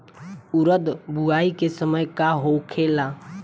उरद बुआई के समय का होखेला?